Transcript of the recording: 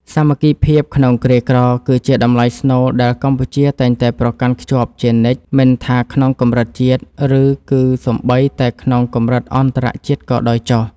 សាមគ្គីភាពក្នុងគ្រាក្រគឺជាតម្លៃស្នូលដែលកម្ពុជាតែងតែប្រកាន់ខ្ជាប់ជានិច្ច មិនថាក្នុងកម្រិតជាតិ ឬ គឺសូម្បីតែក្នុងកម្រិតអន្តរជាតិក៏ដោយចុះ។